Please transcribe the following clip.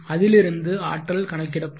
அதிலிருந்து ஆற்றல் கணக்கிடப்படும்